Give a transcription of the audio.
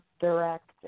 direct